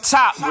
top